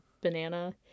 banana